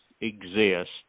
exist